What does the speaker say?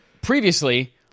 Previously